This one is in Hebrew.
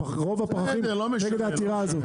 רוב הפחחים נגד העתירה הזאת.